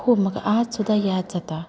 खूब म्हाका आज सुद्दां याद जाता